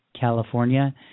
California